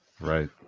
Right